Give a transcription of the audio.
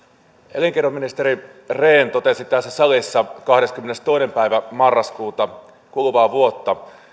elinkeinoministeri rehn totesi tässä salissa kahdeskymmenestoinen päivä marraskuuta kuluvaa vuotta